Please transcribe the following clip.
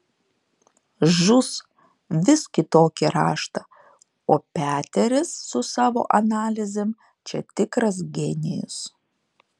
žus vis kitokį raštą o peteris su savo analizėm čia tikras genijus